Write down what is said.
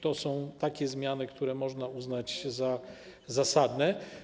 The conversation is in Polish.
To są takie zmiany, które można uznać za zasadne.